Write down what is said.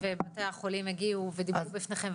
ובתי החולים הגיעו ודיברו בפניכם.